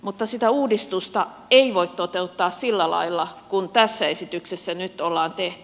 mutta sitä uudistusta ei voi toteuttaa sillä lailla kuin tässä esityksessä nyt ollaan tehty